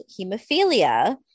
hemophilia